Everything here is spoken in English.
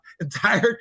entire